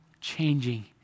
changing